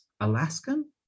Alaskan